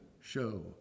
show